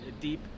deep